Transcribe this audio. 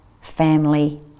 family